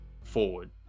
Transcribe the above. forward